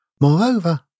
Moreover